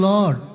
Lord